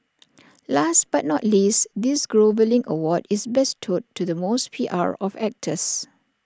last but not least this groveling award is bestowed to the most P R of actors